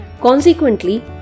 Consequently